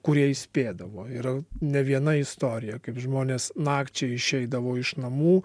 kurie įspėdavo yra ne viena istorija kaip žmonės nakčiai išeidavo iš namų